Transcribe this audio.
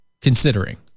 considering